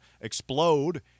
explode